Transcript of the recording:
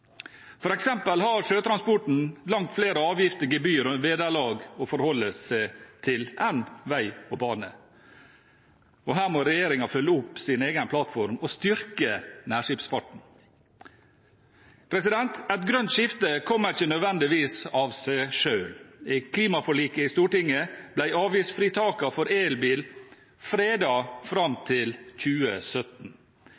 har sjøtransporten langt flere avgifter, gebyrer og vederlag å forholde seg til enn det vei og bane har. Her må regjeringen følge opp sin egen plattform og styrke nærskipsfarten. Et grønt skifte kommer ikke nødvendigvis av seg selv. I klimaforliket i Stortinget ble avgiftsfritakene for elbil